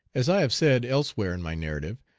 as i have said elsewhere in my narrative,